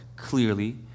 clearly